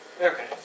Okay